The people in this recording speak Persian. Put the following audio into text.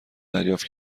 دریافت